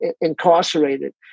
incarcerated